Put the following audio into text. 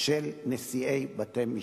של נשיאי בתי-משפט.